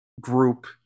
group